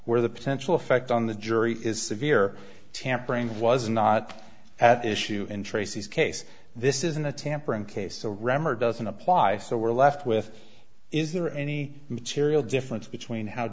where the potential effect on the jury is severe tampering was not at issue in tracy's case this isn't a tampering case or rammer doesn't apply so we're left with is there any material difference between how